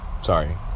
Sorry